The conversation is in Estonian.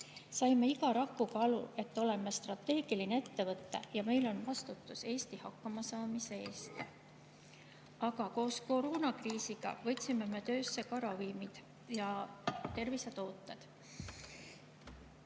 Saime iga rakuga aru, et oleme strateegiline ettevõte ja meil on vastutus Eesti hakkamasaamise eest. Aga koos koroonakriisiga võtsime me töösse ka ravimid ja tervisetooted.